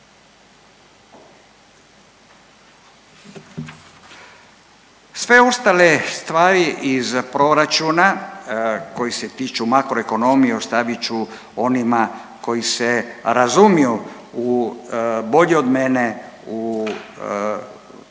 Sve ostale stvari iz proračuna koji se tiču makro ekonomije ostavit ću onima koji se razumiju u, bolje od mene u, u